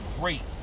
great